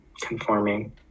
conforming